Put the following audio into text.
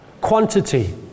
Quantity